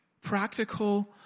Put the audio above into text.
Practical